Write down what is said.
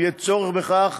אם יהיה צורך בכך,